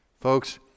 Folks